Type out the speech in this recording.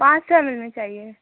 پانچ سو ایم ایل میں چاہیے